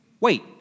wait